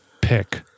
pick